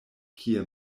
kie